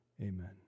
Amen